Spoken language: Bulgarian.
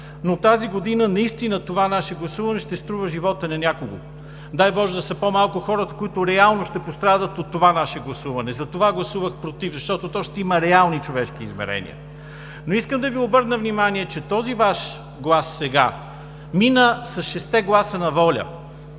но тази година наистина това наше гласуване ще струва живота на някого. Дай боже, да са по-малко хората, които реално ще пострадат от това наше гласуване. Гласувах „против“, защото то ще има реални човешки измерения. Но искам да Ви обърна внимание, че този Ваш глас сега мина с шестте гласа на „Воля“.